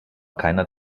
keiner